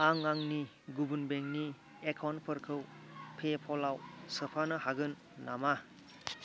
आं आंनि गुबुन बेंकनि एकाउन्टफोरखौ पेप'लाव सोफानो हागोन नामा